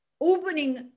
opening